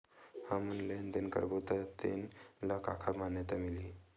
हमन लेन देन करबो त तेन ल काखर मान्यता मिलही?